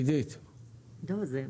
במשרד בנושא הזה.